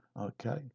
Okay